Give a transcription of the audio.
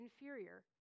inferior